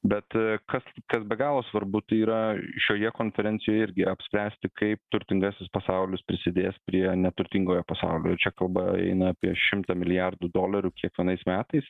bet kas kas be galo svarbu tai yra šioje konferencijoje irgi apspręsti kaip turtingasis pasaulis prisidės prie neturtingojo pasaulio ir čia kalba eina apie šimtą milijardų dolerių kiekvienais metais